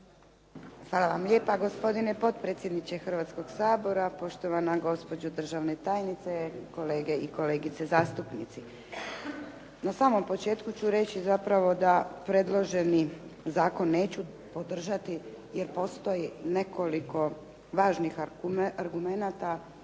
Hvala vam lijepa gospodine potpredsjedniče Hrvatskog sabora, poštovana gospođo državna tajnice, kolege i kolegice zastupnici. Na samom početku ću reći zapravo da predloženi zakon neću podržati jer postoji nekoliko važnih argumenata